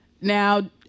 Now